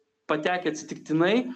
patekę atsitiktinai